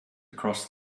across